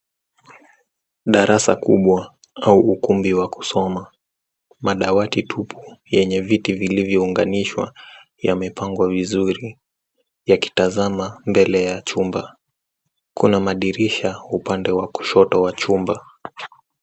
Darasa kubwa au ukumbi wa kusoma. Madawati tupu yenye viti vilivyounganishwa yamepangwa vizuri yakitazama mbele ya chumba. Kuna madirisha upande wa kushoto wa chumba.